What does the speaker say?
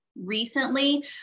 recently